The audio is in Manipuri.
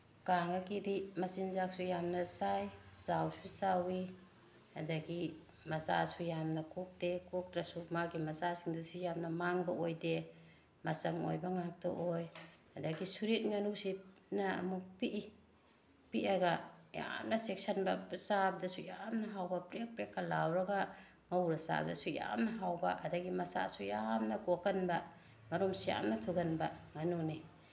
ꯀꯥꯡꯉꯥꯒꯤꯗꯤ ꯃꯆꯤꯟꯖꯥꯛꯁꯨ ꯌꯥꯝꯅ ꯆꯥꯏ ꯆꯥꯎꯁꯨ ꯆꯥꯎꯋꯤ ꯑꯗꯒꯤ ꯃꯆꯥꯁꯨ ꯌꯥꯝꯅ ꯀꯣꯛꯇꯦ ꯀꯣꯛꯇ꯭ꯔꯁꯨ ꯃꯥꯒꯤ ꯃꯆꯥꯁꯤꯡꯗꯨꯁꯨ ꯌꯥꯝꯅ ꯃꯥꯡꯕ ꯑꯣꯏꯗꯦ ꯃꯆꯪ ꯑꯣꯏꯕ ꯉꯥꯛꯇ ꯑꯣꯏ ꯑꯗꯒꯤ ꯁꯨꯔꯤꯠ ꯉꯥꯅꯨꯁꯤꯅ ꯑꯃꯨꯛ ꯄꯤꯛꯏ ꯄꯤꯛꯑꯒ ꯌꯥꯝꯅ ꯆꯦꯛꯁꯤꯟꯕ ꯆꯥꯕꯗꯁꯨ ꯌꯥꯝꯅ ꯍꯥꯎꯕ ꯄ꯭ꯔꯦꯛ ꯄ꯭ꯔꯦꯛꯀ ꯂꯥꯎꯔꯒ ꯉꯧꯔ ꯆꯥꯕꯗꯁꯨ ꯌꯥꯝ ꯍꯥꯎꯕ ꯑꯗꯒꯤ ꯃꯆꯥꯁꯨ ꯌꯥꯝꯅ ꯀꯣꯛꯀꯟꯕ ꯃꯔꯨꯝꯁꯨ ꯌꯥꯝꯅ ꯊꯨꯒꯟꯕ ꯉꯥꯅꯨꯅꯤ